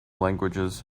languages